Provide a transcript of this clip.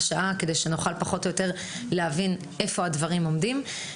שעה כדי שנוכל פחות או יותר להבין היכן הדברים עומדים.